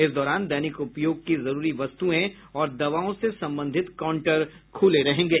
इस दौरान दैनिक उपयोग की जरूरी वस्तुएं और दवाओं से संबंधित काउंटर खूले रहेंगे